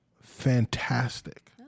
fantastic